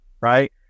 right